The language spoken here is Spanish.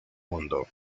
mundo